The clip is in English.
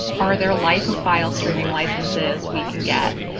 are there life of file streaming licenses we can get?